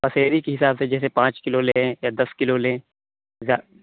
پسیری کے حساب سے جیسے پانچ کلو لیں یا دس کلو لیں زیادہ